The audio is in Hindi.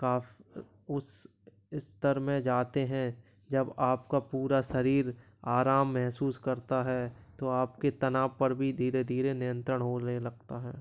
काफ़ उस स्तर में जाते हैं जब आपका पूरा शरीर आराम महसूस करता है तो आपके तनाव पर भी धीरे धीरे नियंत्रण होने लगता है